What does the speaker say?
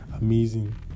amazing